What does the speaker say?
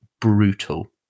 brutal